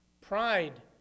Pride